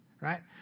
Right